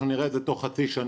אנחנו נראה את זה תוך חצי שנה.